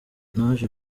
naje